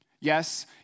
Yes